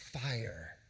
fire